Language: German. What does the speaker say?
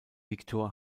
victor